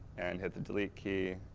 and hit the delete key.